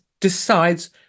decides